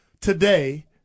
today